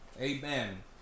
Amen